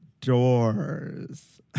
doors